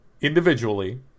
individually